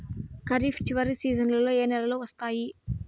ఖరీఫ్ చివరి సీజన్లలో ఏ నెలలు వస్తాయి?